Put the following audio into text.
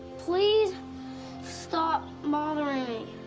please stop bothering